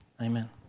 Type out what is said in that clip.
Amen